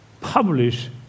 publish